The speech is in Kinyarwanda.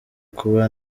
kuba